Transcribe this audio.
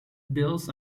bills